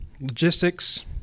logistics